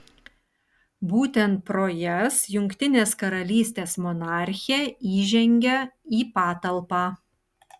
būtent pro jas jungtinės karalystės monarchė įžengia į patalpą